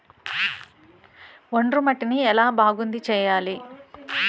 ఒండ్రు మట్టిని ఎలా బాగుంది చేయాలి?